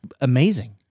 amazing